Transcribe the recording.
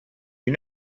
you